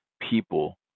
people